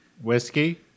Whiskey